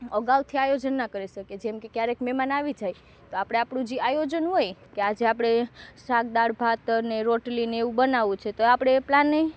અગાઉથી આયોજન ના કરી શકીએ જેમકે ક્યારેક મહેમાન આવી જાય તો આપણે આપણું જ જે આયોજન હોય કે આજે આપણે શાક દાળ ભાતને રોટલી ને એવું બનાવવું છે તો આપણે પ્લાન